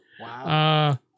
Wow